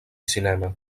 cinema